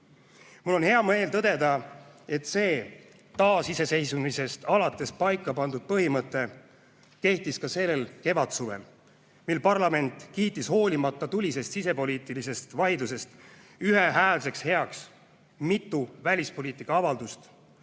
Mul on hea meel tõdeda, et see taasiseseisvumisest alates paika pandud põhimõte kehtis ka sellel kevadsuvel, kui parlament kiitis hoolimata tulisest sisepoliitilisest vaidlusest ühehäälselt heaks mitu välispoliitikaavaldust,